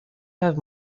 have